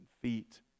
feet